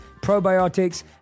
probiotics